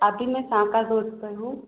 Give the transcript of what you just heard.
अभी मैं सांकादोस पर हूँ